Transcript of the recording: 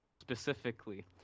specifically